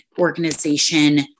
organization